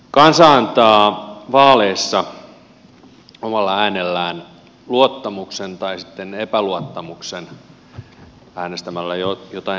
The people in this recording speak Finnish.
kansa antaa vaaleissa omalla äänellään luottamuksen tai sitten epäluottamuksen äänestämällä jotain toista